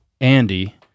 Andy